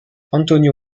antonio